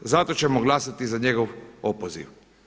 Zato ćemo glasati za njegov opoziv.